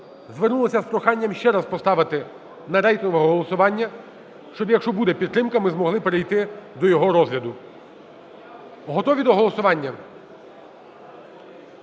звернулася з проханням ще раз поставити на рейтингове голосування, щоб, якщо буде підтримка, ми змогли перейти до його розгляду. Готові до голосування?